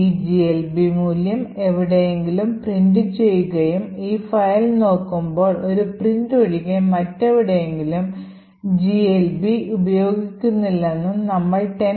ഈ GLB മൂല്യം എവിടെയെങ്കിലും പ്രിന്റുചെയ്യുകയും ഈ ഫയൽ നോക്കുമ്പോൾ ഈ printf ഒഴികെ മറ്റെവിടെയും GLB ഉപയോഗിക്കുന്നില്ലെന്നും നമ്മൾ 10